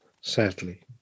sadly